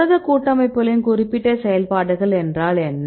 புரத கூட்டமைப்புகளின் குறிப்பிட்ட செயல்பாடுகள் என்றால் என்ன